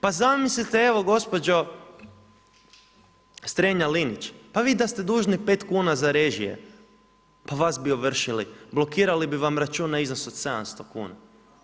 Pa zamislite evo gospođo Strenja-Linić, pa vi da ste dužni 5 kuna za režije, pa vas bi ovršili, blokirali bi vam račun na iznos od 700 kuna.